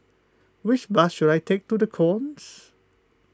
which bus should I take to the Knolls